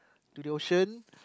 to the ocean